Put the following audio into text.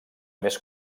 més